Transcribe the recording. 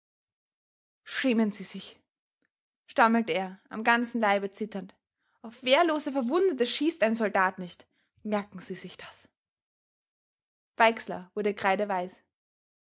schämen sie sich stammelte er am ganzen leibe zitternd auf wehrlose verwundete schießt ein soldat nicht merken sie sich das weixler wurde